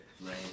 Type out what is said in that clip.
right